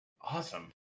Awesome